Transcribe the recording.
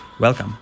Welcome